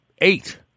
eight